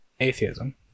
atheism